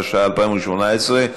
התשע"ח 2018,